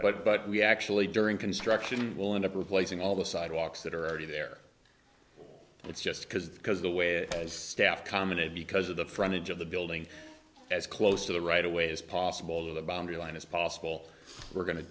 but but we actually during construction will end up replacing all the sidewalks that are already there it's just because because the way it has staff commented because of the front edge of the building as close to the right away as possible the boundary line is possible we're go